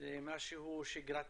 למשהו שגרתי.